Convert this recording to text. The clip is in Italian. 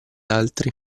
altri